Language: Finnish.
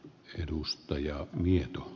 arvoisa puhemies